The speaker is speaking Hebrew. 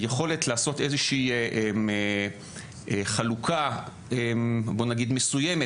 היכולת לעשות איזושהי חלוקה בוא נגיד מסוימת